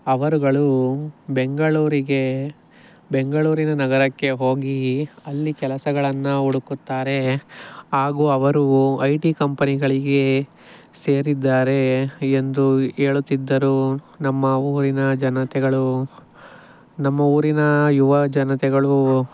ಅವರುಗಳು ಬೆಂಗಳೂರಿಗೆ ಬೆಂಗಳೂರಿನ ನಗರಕ್ಕೆ ಹೋಗಿ ಅಲ್ಲಿ ಕೆಲಸಗಳನ್ನ ಹುಡುಕುತ್ತಾರೆ ಹಾಗು ಅವರು ಐ ಟಿ ಕಂಪನಿಗಳಿಗೆ ಸೇರಿದ್ದಾರೆ ಎಂದು ಹೇಳುತ್ತಿದ್ದರು ನಮ್ಮ ಊರಿನ ಜನತೆಗಳು ನಮ್ಮ ಊರಿನ ಯುವಜನತೆಗಳು